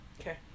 Okay